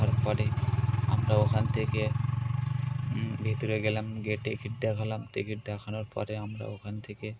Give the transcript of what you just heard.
আমরা হয় ণগুলো দেখলাম দেখার পরে আমরা ওখান থেকে ভিতরে গেলাম গিয়ে টিকিট দেখালাম টিকিট দেখানোর পরে আমরা ওখান থেকে